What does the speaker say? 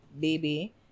baby